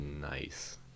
nice